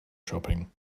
shopping